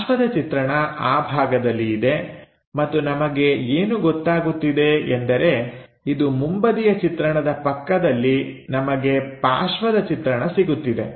ಪಾರ್ಶ್ವದ ಚಿತ್ರಣ ಆ ಭಾಗದಲ್ಲಿ ಇದೆ ಮತ್ತು ನಮಗೆ ಏನು ಗೊತ್ತಾಗುತ್ತಿದೆ ಎಂದರೆ ಇದು ಮುಂಬದಿಯ ಚಿತ್ರಣದ ಪಕ್ಕದಲ್ಲಿ ನಮಗೆ ಪಾರ್ಶ್ವದ ಚಿತ್ರಣ ಸಿಗುತ್ತಿದೆ